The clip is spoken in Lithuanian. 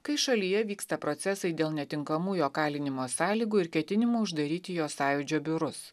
kai šalyje vyksta procesai dėl netinkamų jo kalinimo sąlygų ir ketinimų uždaryti jo sąjūdžio biurus